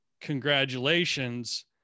congratulations